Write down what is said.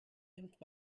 nimmt